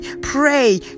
pray